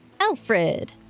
Alfred